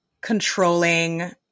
controlling